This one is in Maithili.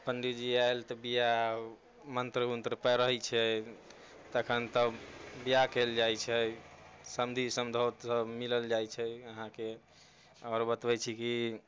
पंडीजी आएल तऽ बिआह मंत्र ओन्त्र पढ़ैत छै तखन तब बिआह कयल जाइत छै समधी समधौत सभ मिलल जाइत छै अहाँकेँ आओर बतबैत छी कि